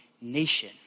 nation